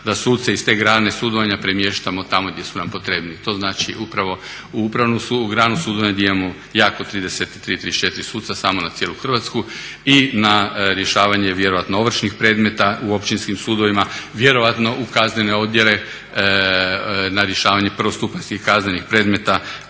da suce iz te grane sudovanja premještamo tamo gdje su nam potrebniji. To znači upravo u upravnu granu sudovanja gdje imamo 30, 33, 34 suca samo na cijelu Hrvatsku i na rješavanje vjerojatno ovršnih predmeta u općinskim sudovima, vjerojatno u kaznene odjele na rješavanje prvostupanjskih kaznenih predmeta